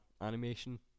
animation